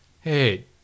hey